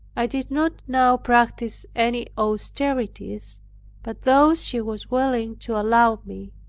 i did not now practice any austerities but those she was willing to allow me.